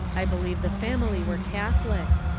i believe the family were catholics,